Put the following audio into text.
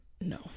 no